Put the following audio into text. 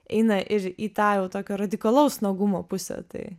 eina ir į tą jau tokį radikalaus nuogumo pusę tai